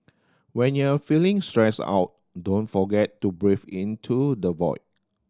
when you are feeling stressed out don't forget to breathe into the void